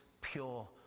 pure